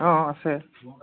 অঁ আছে